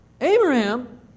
Abraham